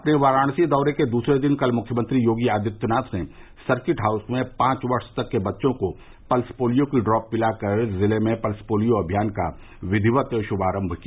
अपने वाराणसी दौरे के दूसरे दिन कल मुख्यमंत्री योगी आदित्यनाथ ने सर्किट हाउस में पांच वर्ष तक के बच्चों को पल्स पोलियो की ड्रॉप पिलाकर जिले में पल्स पोलियो अभियान का विधिवत शुभारंभ किया